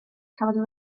cafodd